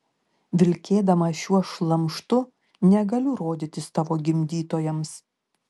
vilkėdama šiuo šlamštu negaliu rodytis tavo gimdytojams